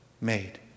made